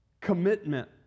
commitment